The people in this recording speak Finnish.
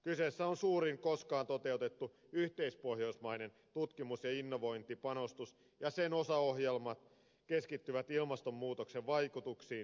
kyseessä on suurin koskaan toteutettu yhteispohjoismainen tutkimus ja innovointipanostus ja sen osaohjelmat keskittyvät ilmastonmuutoksen vaikutuksiin ja energiaan